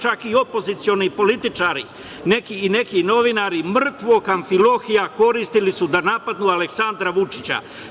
Čak i opozicioni političari, neki novinari, mrtvog Amfilohija, koristili su da napadnu Aleksandra Vučića.